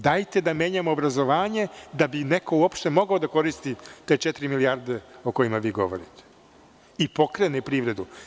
Dajte da menjamo obrazovanje da bi neko uopšte morao da koristi te četiri milijarde o kojima vi govorite i pokrene privredu.